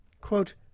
quote